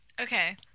Okay